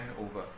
over